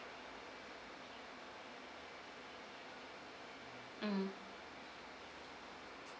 mm